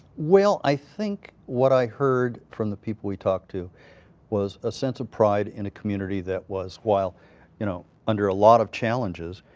well, i think what i heard from the people we talked to was a sense of pride in a community that was while you know under a lot of challenges,